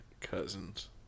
Cousins